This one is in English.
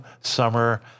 summer